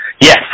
yes